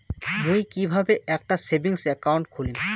মুই কিভাবে একটা সেভিংস অ্যাকাউন্ট খুলিম?